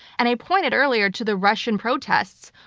and i pointed earlier to the russian protests.